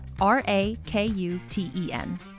R-A-K-U-T-E-N